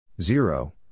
Zero